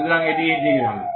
সুতরাং এটি ইন্টিগ্রাল